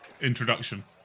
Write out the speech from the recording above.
introduction